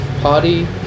party